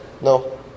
No